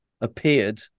appeared